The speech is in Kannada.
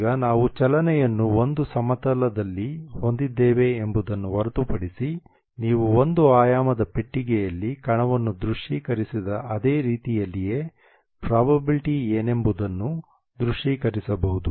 ಈಗ ನಾವು ಚಲನೆಯನ್ನು ಒಂದು ಸಮತಲದಲ್ಲಿ ಹೊಂದಿದ್ದೇವೆ ಎಂಬುದನ್ನು ಹೊರತುಪಡಿಸಿ ನೀವು ಒಂದು ಆಯಾಮದ ಪೆಟ್ಟಿಗೆಯಲ್ಲಿ ಕಣವನ್ನು ದೃಶ್ಯೀಕರಿಸಿದ ಅದೇ ರೀತಿಯಲ್ಲಿಯೇ ಪ್ರಾಬಬಿಲಿಟಿ ಏನೆಂಬುದನ್ನು ದೃಶ್ಯೀಕರಿಸಬಹುದು